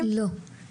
א': לא, לא.